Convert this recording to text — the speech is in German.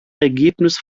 ergebnis